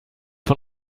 von